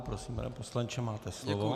Prosím, pane poslanče, máte slovo.